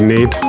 Need